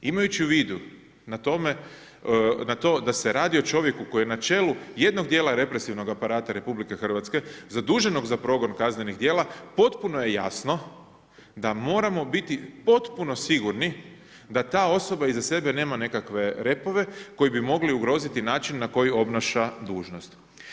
Imaju u vidu na to da se radi o čovjeku koji je na čelu jednog dijela represivnog aparata Republike Hrvatske zaduženog za progon kaznenih djela, potpuno je jasno da moramo biti potpuno sigurni da ta osoba iza sebe nema nekakve repove koji bi mogli ugroziti način na koji obnaša dužnost.